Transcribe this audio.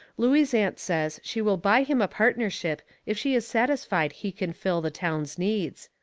looey's aunt says she will buy him a partnership if she is satisfied he can fill the town's needs.